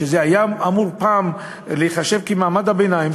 שהיה אמור פעם להיחשב למעמד הביניים,